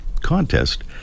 contest